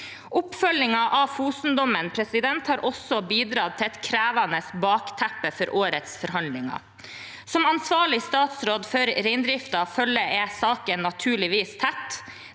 Oppfølgingen av Fosen-dommen har også bidratt til et krevende bakteppe for årets forhandlinger. Som ansvarlig statsråd for reindriften følger jeg naturligvis saken